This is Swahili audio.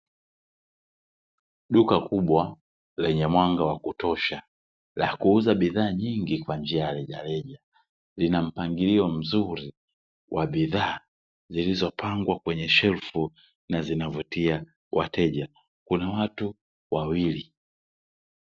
Duka kubwa lenye mwanga wa kutosha la kuuza bidhaa nyingi kwa njia ya rejereja, lina mpangilio mzuri wa bidhaa zilizopangwa kwenye shelfu na zinavutia wateja, kuna watu wawili.